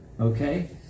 Okay